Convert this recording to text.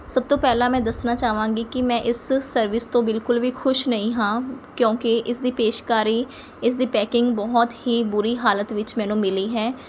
ਸਭ ਤੋਂ ਪਹਿਲਾਂ ਮੈਂ ਦੱਸਣਾ ਚਾਹਾਂਗੀ ਕਿ ਮੈਂ ਇਸ ਸਰਵਿਸ ਤੋਂ ਬਿਲਕੁਲ ਵੀ ਖੁਸ਼ ਨਹੀਂ ਹਾਂ ਕਿਉਂਕਿ ਇਸਦੀ ਪੇਸ਼ਕਾਰੀ ਇਸਦੀ ਪੈਕਿੰਗ ਬਹੁਤ ਹੀ ਬੁਰੀ ਹਾਲਤ ਵਿੱਚ ਮੈਨੂੰ ਮਿਲੀ ਹੈ